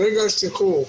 ברגע השחרור,